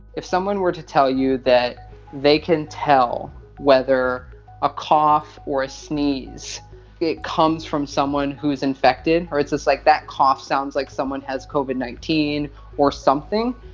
if someone were to tell you that they can tell whether a cough or a sneeze comes from someone who is infected or it's just like that cough sounds like someone has covid nineteen or something,